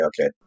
okay